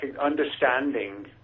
understanding